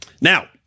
Now